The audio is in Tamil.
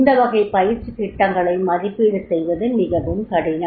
இந்தவகைப் பயிற்சித் திட்டங்களை மதிப்பீடு செய்வது மிகவும் கடினம்